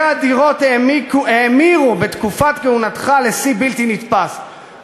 הפנאטיות העיוורת והמסוכנת גם היא צבועה בצבעים פלסטיים